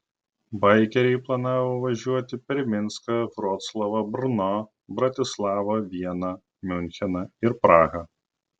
baikeriai planavo važiuoti per minską vroclavą brno bratislavą vieną miuncheną ir prahą